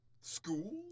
school